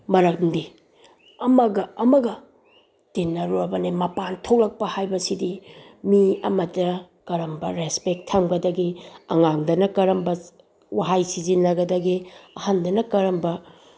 ꯃꯔꯝꯗꯤ ꯑꯃꯒ ꯑꯃꯒ ꯇꯤꯟꯅꯔꯨꯔꯕꯅꯤ ꯃꯄꯥꯟ ꯊꯣꯛꯂꯛꯄ ꯍꯥꯏꯕꯁꯤꯗꯤ ꯃꯤ ꯑꯃꯗ ꯀꯔꯝꯕ ꯔꯦꯁꯄꯦꯛ ꯊꯝꯒꯗꯒꯦ ꯑꯉꯥꯡꯗꯅ ꯀꯔꯝꯕ ꯋꯥꯍꯩ ꯁꯤꯖꯤꯟꯅꯒꯗꯒꯦ ꯑꯍꯟꯗꯅ ꯀꯔꯝꯕ